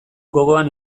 gogoan